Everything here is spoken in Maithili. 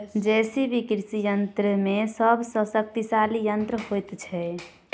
जे.सी.बी कृषि यंत्र मे सभ सॅ शक्तिशाली यंत्र होइत छै